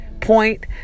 point